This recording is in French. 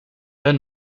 ben